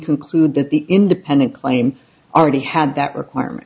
conclude that the independent claim already had that requirement